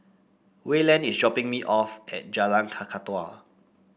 Wayland is dropping me off at Jalan Kakatua